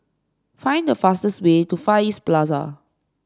find the fastest way to Far East Plaza